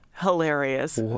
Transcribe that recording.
hilarious